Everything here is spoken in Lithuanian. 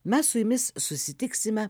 mes su jumis susitiksime